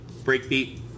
breakbeat